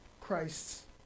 Christ's